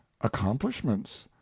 accomplishments